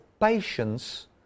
patience